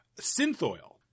Synthoil